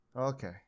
Okay